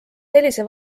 sellise